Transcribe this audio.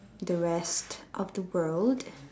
the rest of the world